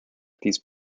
these